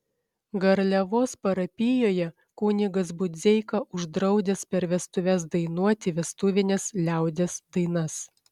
garliavos parapijoje kunigas budzeika uždraudęs per vestuves dainuoti vestuvines liaudies dainas